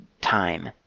time